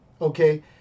okay